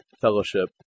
Fellowship